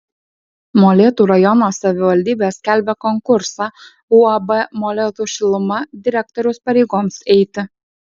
molėtų rajono savivaldybė skelbia konkursą uab molėtų šiluma direktoriaus pareigoms eiti